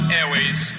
Airways